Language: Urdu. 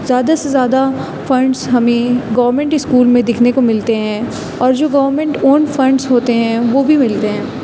زیادہ سے زیادہ فنڈس ہمیں گورمنٹ اسکول میں دکھنے کو ملتے ہیں اور جو گورمنٹ اون فنڈس ہوتے ہیں وہ بھی ملتے ہیں